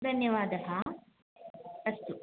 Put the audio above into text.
धन्यवादः अस्तु